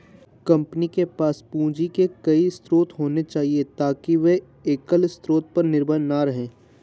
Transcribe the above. company के पास पूंजी के कई स्रोत होने चाहिए ताकि वे एकल स्रोत पर निर्भर न रहें